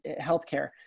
healthcare